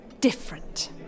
different